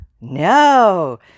No